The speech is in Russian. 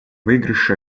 выигрыше